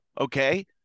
okay